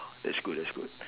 that's good that's good